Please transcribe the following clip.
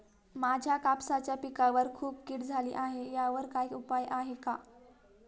माझ्या कापसाच्या पिकावर खूप कीड झाली आहे यावर काय उपाय आहे का?